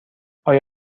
آیا